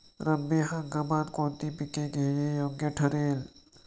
रब्बी हंगामात कोणती पिके घेणे योग्य ठरेल?